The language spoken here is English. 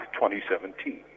2017